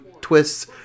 twists